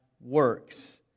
works